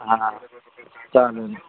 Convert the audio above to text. हां चालेल